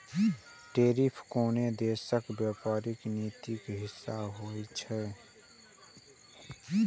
tariff कोनो देशक व्यापारिक नीतिक हिस्सा होइ छै